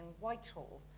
Whitehall